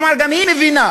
כלומר גם היא מבינה,